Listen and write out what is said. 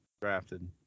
drafted